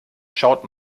schaut